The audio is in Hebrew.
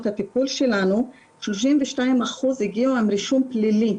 הטיפול שלנו 32% הגיעו עם רישום פלילי.